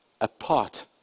apart